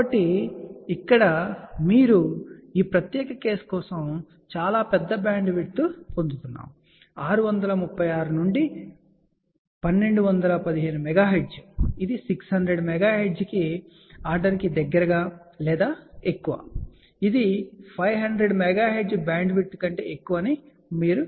కాబట్టి ఇక్కడ మీరు ఈ ప్రత్యేక కేసు కోసం చూస్తే చాలా పెద్ద బ్యాండ్విడ్త్ పొందుతున్నాము 636 నుండి 1215 MHz ఇది 600 MHz ఆర్డర్ కి దగ్గరగా లేదా ఎక్కువ ఇది 500 MHz బ్యాండ్విడ్త్ కంటే ఎక్కువ అని మీరు చెప్పగలరు